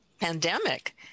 pandemic